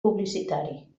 publicitari